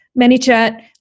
ManyChat